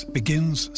begins